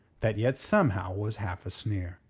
that yet somehow was half a sneer.